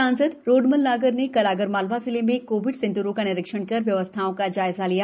सांसद रोडमल नागर ने कल आगरमालवा जिले में कोविड सेंटरों का निरीक्षण कर व्यवस्थाओं का जायजा लिया